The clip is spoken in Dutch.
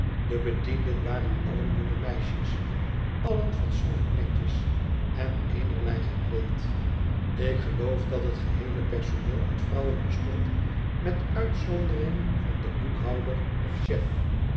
de bedienden waren allen jonge meisjes allen fatsoenlijk netjes en eenerlei gekleed ik geloof dat het geheele personeel uit vrouwen bestond met uitzondering van den boekhouder of chef